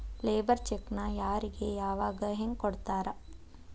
Labour ಚೆಕ್ಕ್ನ್ ಯಾರಿಗೆ ಯಾವಗ ಹೆಂಗ್ ಕೊಡ್ತಾರ?